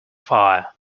fire